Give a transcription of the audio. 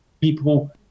people